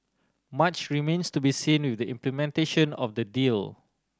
much remains to be seen with the implementation of the deal